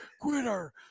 quitter